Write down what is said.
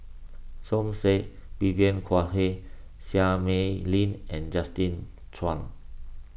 Som Said Vivien Quahe Seah Mei Lin and Justin Zhuang